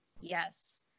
Yes